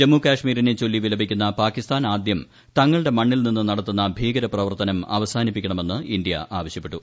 ജമ്മു കാശ്മീരിനെ ചൊല്ലി വിലപിക്കുന്ന പാകിസ്ഥാൻ ആദ്യം തങ്ങളുടെ മണ്ണിൽ നിന്ന് നടത്തുന്ന ഭീകരപ്രവർത്തനം അവസാനിപ്പിക്കണമെന്ന് ഇന്ത്യ ആവശ്യപ്പെട്ടു